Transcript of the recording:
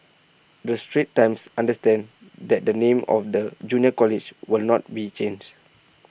the straits times understands that the name of the junior college will not be changed